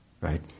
Right